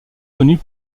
connue